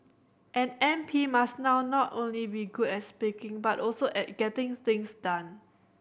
an M P must now not only be good at speaking but also at getting things done